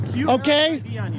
Okay